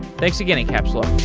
thanks again, incapsula.